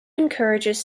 encourages